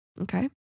okay